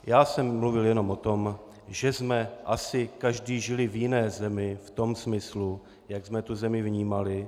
Já jsem mluvil jenom o tom, že jsme asi každý žili v jiné zemi, v tom smyslu, jak jsme tu zemi vnímali.